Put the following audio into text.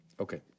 Okay